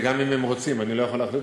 גם אם הם רוצים, אני לא יכול להחליט.